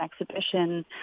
exhibition